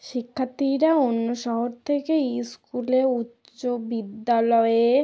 শিক্ষার্থীরা অন্য শহর থেকে স্কুলে উচ্চ বিদ্যালয়ে